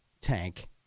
tank